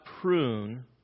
prune